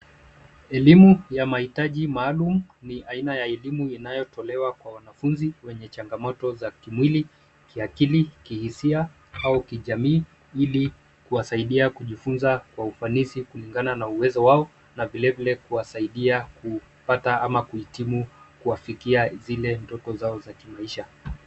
Elimu ya mahitaji maalum ni aina ya elimu inayotolewa kwa wanafunzi wenye changamoto za kimwili, kiakili, kihisia au kijamii ili kuwasaidia kujifunza kwa ufanisi kulingana na uwezo wao na vile vile kuwasaidia kupata ama kuhitimu kuafikia zile ndoto zao za kimaisha.